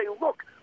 look